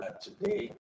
Today